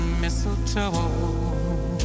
mistletoe